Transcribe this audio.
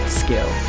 skill